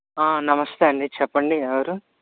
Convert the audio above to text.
నమస్తే అండి చెప్పండి ఎవరు